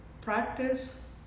practice